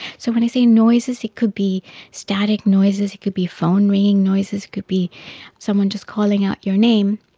so when i say noises, it could be static noises, it could be phone ringing noises, it could be someone just calling out your name.